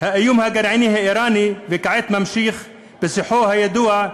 האיום הגרעיני האיראני וכעת ממשיך בשיחו הידוע,